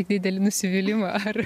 didelį nusivylimą ar